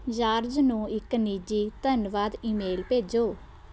George ਨੂੰ ਇੱਕ ਨਿੱਜੀ ਧੰਨਵਾਦ ਈਮੇਲ ਭੇਜੋ